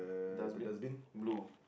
dustbin blue